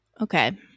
Okay